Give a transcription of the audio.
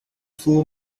full